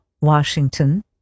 Washington